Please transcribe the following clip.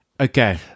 Okay